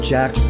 Jack